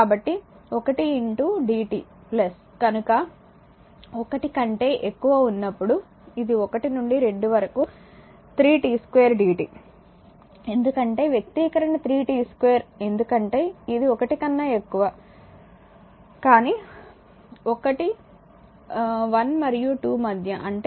కాబట్టి ఒకటి dt కనుక ఒకటి కంటే ఎక్కువ ఉన్నప్పుడు ఇది ఒకటి నుండి 2 వరకు 3 t 2dt ఎందుకంటే వ్యక్తీకరణ 3 t 2 ఎందుకంటే ఇది 1 కన్నా ఎక్కువ కానీ ఒకటి 1 మరియు 2 మధ్య అంటే 3t 2 dt